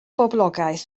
boblogaeth